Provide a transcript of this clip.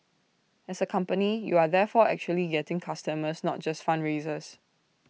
as A company you are therefore actually getting customers not just fundraisers